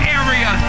area